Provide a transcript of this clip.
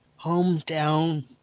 hometown